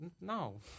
no